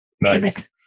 Nice